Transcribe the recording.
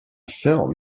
film